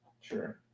sure